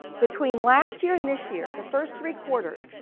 between last year and this year, the first three quarters,